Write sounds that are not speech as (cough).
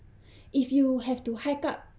(breath) if you have to hike up